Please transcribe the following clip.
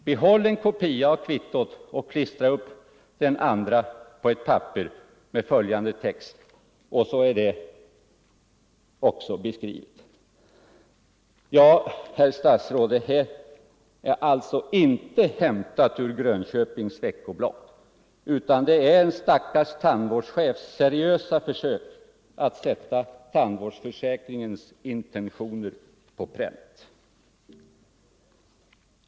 Behåll en kopia av kvittot och klistra upp den andra på ett papper med följande text:” Och så följer en beskrivning av texten. Ja, herr statsråd, det här är alltså inte hämtat ur Grönköpings Veckoblad, utan det är en stackars tandvårdschefs seriösa försök att sätta tandvårdsförsäkringens intentioner på pränt.